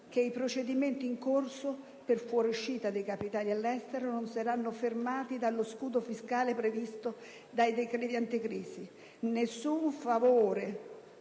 che i procedimenti in corso per fuoriuscita dei capitali all'estero non saranno fermati dallo scudo fiscale previsto dal decreto anticrisi. Nessun favore